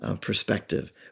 perspective